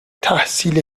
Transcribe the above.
تحصیل